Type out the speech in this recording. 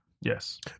yes